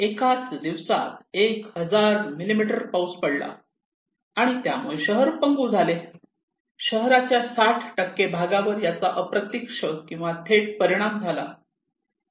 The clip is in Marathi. एका दिवसात १००० मिलिमीटर पाऊस पडला आणि त्यामुळे शहर पंगू झाले शहराच्या 60 भागावर याचा अप्रत्यक्ष किंवा थेट परिणाम झाला